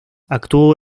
actuó